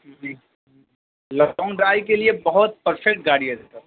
جی long drive کے لیے بہت پرفیکٹ گاڑی ہے سر